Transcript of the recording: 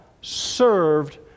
served